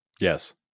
Yes